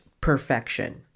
perfection